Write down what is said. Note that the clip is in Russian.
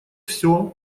все